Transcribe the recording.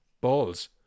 balls